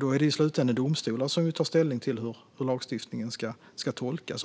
Då är det i slutänden domstolar som tar ställning till hur lagstiftningen ska tolkas.